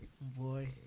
Boy